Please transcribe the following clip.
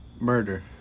Murder